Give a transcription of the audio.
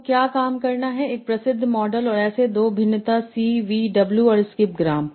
तो क्या काम करना है एक प्रसिद्ध मॉडल और ऐसे 2 भिन्नता c V W और स्किप ग्राम